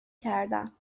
کردم